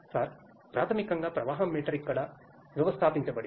sir ప్రాథమికంగా ప్రవాహం meter ఇక్కడ వ్యవస్థాపించబడింది